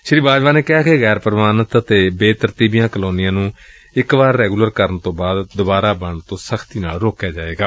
ਸ਼ੀ ਬਾਜਵਾ ਨੇ ਕਿਹਾ ਕਿ ਗੈਰ ਪੁਵਾਨਿਤ ਅਤੇ ਬੇਤਰਤੀਬੀਆਂ ਕਾਲੋਨੀਆਂ ਨੂੰ ਇੱਕ ਵਾਰੀ ਰੈਗੁਲਰ ਕਰਨ ਤੋਂ ਬਾਅਦ ਦੁਬਾਰਾ ਬਣਨ ਤੋਂ ਸਖਤੀ ਨਾਲ ਰੋਕਿਆ ਜਾਵੇਗਾ